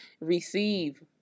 Receive